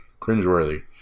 cringeworthy